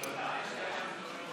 כהצעת